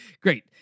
great